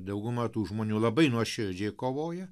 dauguma tų žmonių labai nuoširdžiai kovoja